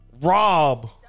rob